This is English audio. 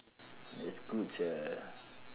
that's good sia